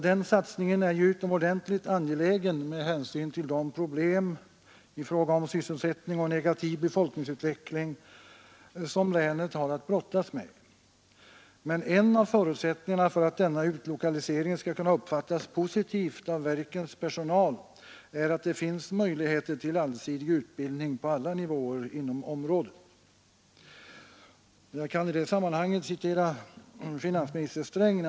Den satsningen är ju utomordentligt angelägen med hänsyn till de problem i fråga om sysselsättning och negativ befolkningsutveckling som länet har att brottas med, men en av förutsättningarna för att denna utlokalisering skall kunna uppfattas positivt av verkens personal är att det finns möjligheter till allsidig utbildning på alla nivåer inom området. Jag kan i detta sammanhang referera till finansminister Sträng.